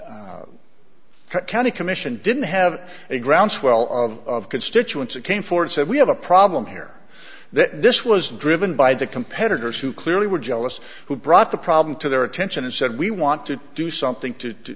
the county commission didn't have a groundswell of constituents who came forward said we have a problem here that this was driven by the competitors who clearly were jealous who brought the problem to their attention and said we want to do something to